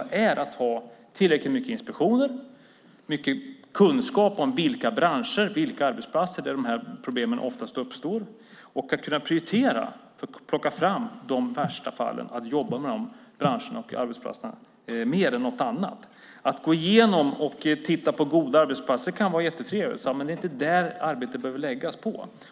måste vara att ha tillräckligt många inspektioner och mycket kunskap om i vilka branscher och på vilka arbetsplatser problemen oftast uppstår. Man måste kunna prioritera och plocka fram de värsta fallen för att jobba med dessa branscher och arbetsplatser mer än något annat. Det kan vara jättetrevligt att gå igenom och titta på goda arbetsplatser, men det är inte där arbetet behöver läggas ned.